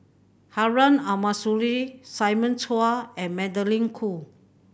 Harun Aminurrashid Simon Chua and Magdalene Khoo